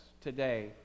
today